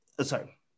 sorry